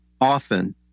often